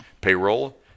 payroll